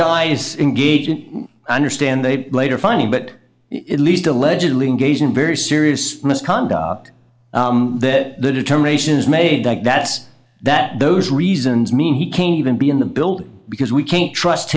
guys engagement understand they later fine but it least allegedly engaged in very serious misconduct that the determination is made that that's that those reasons mean he can't even be in the building because we can't trust